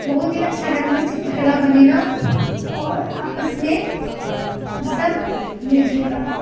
बहुत ही अच्छा ढङ्गसँ चित्रकला बनेलहुँ आओर आपसमे हमसब मिलिजुलिकऽ